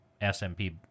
SMP